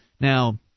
Now